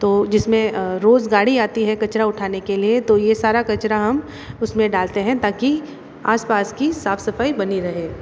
तो जिस में रोज़ गाड़ी आती है कचरा उठाने के लिए तो ये सारा कचरा हम उस मे डालते हैं ताकि आस पास की साफ़ सफ़ाई बनी रहे